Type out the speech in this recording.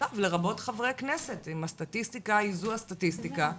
לרבות חברי כנסת-אם הסטטיסטיקה היא זו הסטטיסטיקה,